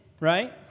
right